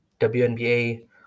wnba